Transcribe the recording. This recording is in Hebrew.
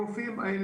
הרופאים האלה,